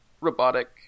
robotic